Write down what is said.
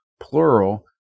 plural